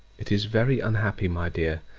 it is very unhappy, my dear,